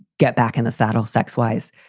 get back in the saddle sex wise.